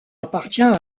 appartient